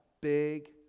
big